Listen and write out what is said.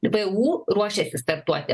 vu ruošiasi startuoti